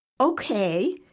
Okay